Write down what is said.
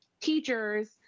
teachers